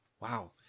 Wow